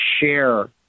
share